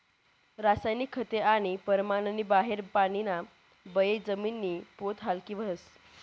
रासायनिक खते आणि परमाननी बाहेर पानीना बये जमिनी पोत हालकी व्हस